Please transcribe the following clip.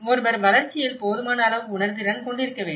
ஒருவர் வளர்ச்சியில் போதுமான அளவு உணர்திறன் கொண்டிருக்க வேண்டும்